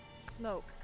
smoke